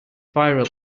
viral